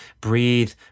Breathe